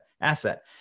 asset